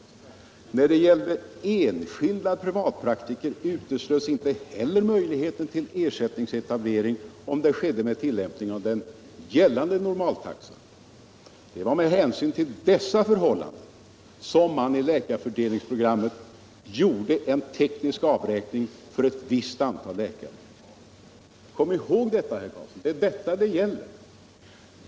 Inte heller när det gällde enskilda privatpraktiker uteslöts möjligheten till ersättningsetablering, om det skedde med tillämpning av gällande normaltaxa. Det var med hänsyn till dessa förhållanden som man i läkarfördelningsprogrammet gjorde en teknisk avräkning för ett visst antal läkare. Kom ihåg detta, herr Eric Carlsson. Det är detta det gäller.